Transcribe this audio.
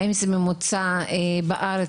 האם זה הממוצע בארץ?